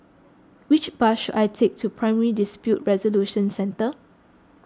which bus should I take to Primary Dispute Resolution Centre